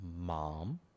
mom